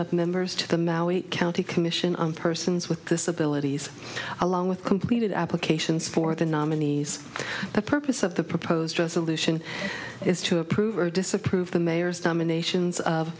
of members to the maui county commission on persons with disabilities along with completed applications for the nominees the purpose of the proposed resolution is to approve or disapprove the mayor's nominations of